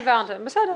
העברתם, בסדר.